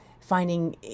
finding